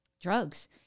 drugs